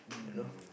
you know